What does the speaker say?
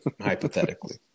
hypothetically